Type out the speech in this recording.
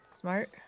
smart